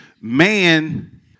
man